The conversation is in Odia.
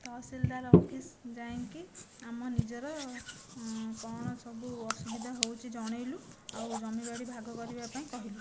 ତହସିଲଦାର ଅଫିସ୍ ଯାଇକି ଆମ ନିଜର କ'ଣ ସବୁ ଅସୁବିଧା ହେଉଛି ଜଣାଇଲୁ ଆଉ ଜମିବାଡ଼ି ଭାଗ କରିବା ପାଇଁ କହିଲୁ